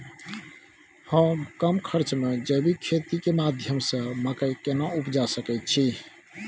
हम कम खर्च में जैविक खेती के माध्यम से मकई केना उपजा सकेत छी?